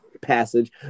passage –